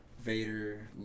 Vader